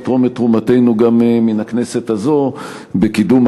נתרום את תרומתנו גם מן הכנסת הזאת בקידום